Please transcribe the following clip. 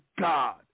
God